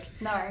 no